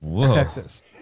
texas